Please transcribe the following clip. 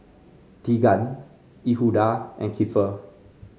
Teagan Yehuda and Keifer